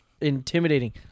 intimidating